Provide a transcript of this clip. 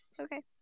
Okay